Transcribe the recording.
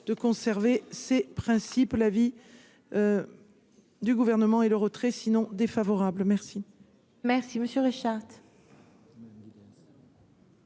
de conserver ses principes, l'avis du gouvernement et le retrait sinon défavorable merci. Merci monsieur Richard.